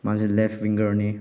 ꯃꯥꯁꯦ ꯂꯦꯐ ꯋꯤꯡꯒꯔꯅꯤ